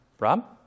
Rob